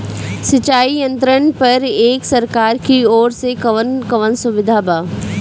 सिंचाई यंत्रन पर एक सरकार की ओर से कवन कवन सुविधा बा?